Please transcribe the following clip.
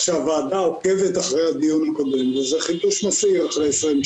שהוועדה עוקבת אחרי הדיון הקודם וזה חידוש יפה.